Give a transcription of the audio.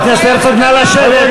חבר הכנסת הרצוג, נא לשבת.